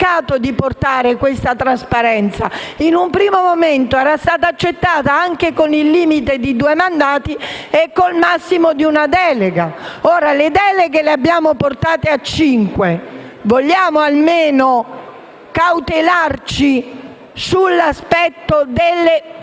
In un primo momento si era accettato anche il limite di due mandati e il massimo di una delega. Ora le deleghe le abbiamo portate a cinque. Vogliamo almeno cautelarci dal punto di vista